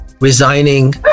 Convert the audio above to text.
resigning